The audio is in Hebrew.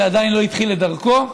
שעדיין לא התחיל את דרכו,